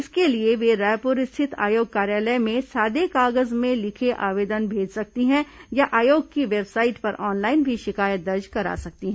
इसके लिए वे रायपुर स्थित आयोग कार्यालय में सादा कागज में लिखे आवेदन को भेज सकती हैं या आयोग की वेबसाइट पर ऑनलाइन भी शिकायत दर्ज करा सकती हैं